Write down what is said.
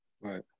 Right